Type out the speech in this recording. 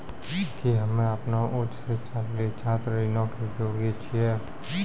कि हम्मे अपनो उच्च शिक्षा लेली छात्र ऋणो के योग्य छियै?